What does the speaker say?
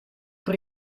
per